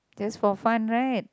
just for fun right